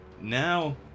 now